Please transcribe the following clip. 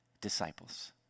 disciples